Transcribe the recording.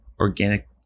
organic